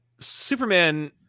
Superman